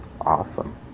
Awesome